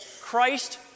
Christ